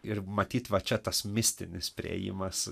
ir matyt va čia tas mistinis priėjimas